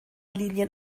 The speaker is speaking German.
linien